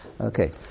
Okay